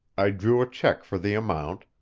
i drew a check for the amount,